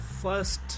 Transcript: first